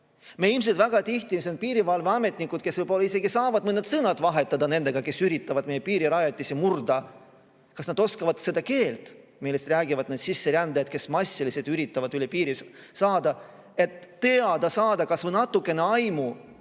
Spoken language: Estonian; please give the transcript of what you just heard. Ilmselt väga tihti need piirivalveametnikud, kes võib-olla isegi saavad mõned sõnad vahetada nendega, kes üritavad meie piirirajatisi murda, ei oskagi seda keelt, milles räägivad need sisserändajad, kes massiliselt üritavad üle piiri saada. [Kuidas siis] teada saada, kas või natukene aimu